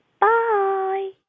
bye